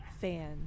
fans